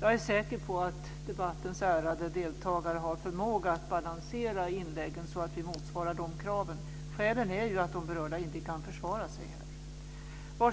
Jag är säker på att debattens ärade deltagare har förmåga att balansera inläggen så att vi motsvarar de kraven. Skälet är ju att de berörda inte kan försvara sig här.